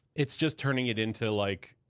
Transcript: it's just turning it into like,